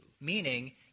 Meaning